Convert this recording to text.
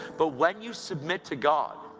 but when you submit to god,